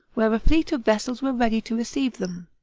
where a fleet of vessels were ready to receive them.